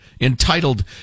entitled